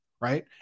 right